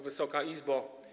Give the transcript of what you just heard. Wysoka Izbo!